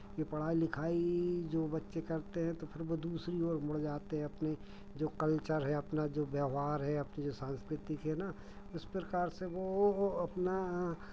ये पढ़ाई लिखाई जो बच्चे करते हैं तो फिर वो दूसरी ओर मुड़ जाते अपने जो कल्चर है अपना जो व्यवहार है अपनी जो सांस्कृति के ना इस प्रकार से वो अपना